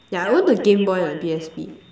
yeah I owned a game boy and P_S_P